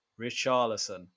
Richarlison